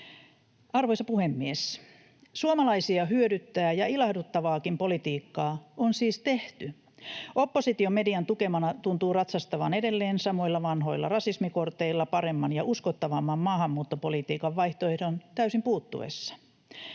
Arvoisa puhemies! Suomalaisia hyödyttävää ja ilahduttavaakin politiikkaa on siis tehty. Oppositio median tukemana tuntuu ratsastavan edelleen samoilla vanhoilla rasismikorteillaan paremman ja uskottavamman maahanmuuttopolitiikan vaihtoehdon täysin puuttuessa.